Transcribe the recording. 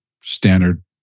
standard